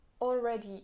already